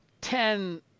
ten